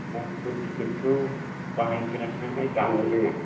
mobile गिदिरखौ बाहायफेराखै नालाय दाननो रोङा